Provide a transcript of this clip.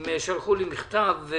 הם שלחו לי מכתב.